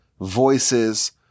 voices